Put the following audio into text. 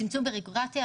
צמצום בבירוקרטיה,